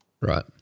Right